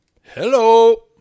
Hello